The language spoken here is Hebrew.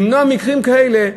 למנוע מקרים כאלה,